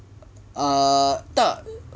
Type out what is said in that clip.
ah tak